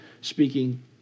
speaking